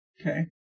Okay